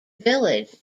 village